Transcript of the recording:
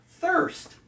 thirst